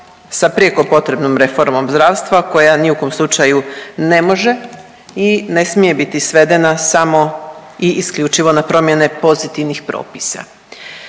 sa prijeko potrebnom reformom zdravstva koja ni u kom slučaju ne može i ne smije biti svedena samo i isključivo na promjene pozitivnih propisa.